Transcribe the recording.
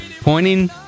pointing